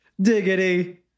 diggity